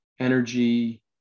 energy